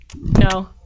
No